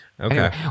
Okay